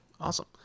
Awesome